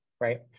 right